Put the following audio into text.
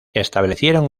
establecieron